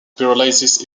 pyrolysis